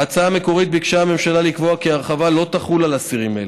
בהצעה המקורית ביקשה הממשלה לקבוע כי ההרחבה לא תחול על אסירים אלה.